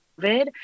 COVID